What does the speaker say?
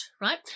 right